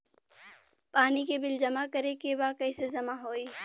पानी के बिल जमा करे के बा कैसे जमा होई?